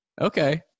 okay